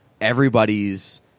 everybody's